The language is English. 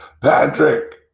Patrick